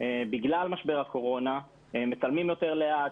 כאשר בגלל משבר הקורונה מצלמים יותר לאט,